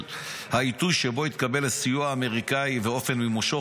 העיתוי שבו התקבל הסיוע האמריקאי ואופן מימושו,